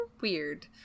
weird